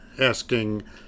asking